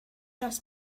dros